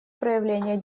проявление